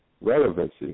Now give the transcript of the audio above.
relevancy